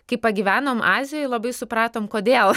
kai pagyvenom azijoj labai supratom kodėl